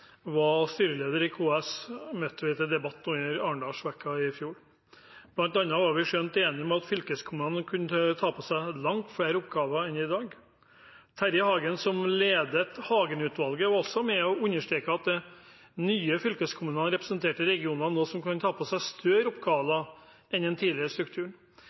var styreleder i KS, møttes vi til debatt under Arendalsuka i fjor. Blant annet var vi skjønt enige om at fylkeskommunene kunne ta på seg langt flere oppgaver enn i dag. Terje Hagen, som ledet Hagen-utvalget, var også med, og understreket at nye fylkeskommuner nå representerte regioner som kunne ta på seg større oppgaver enn med den tidligere strukturen.